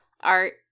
art